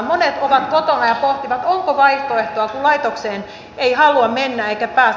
monet ovat kotona ja pohtivat onko vaihtoehtoa kun laitokseen ei halua mennä eikä pääse